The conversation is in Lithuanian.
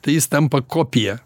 tai jis tampa kopija